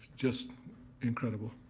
just incredible.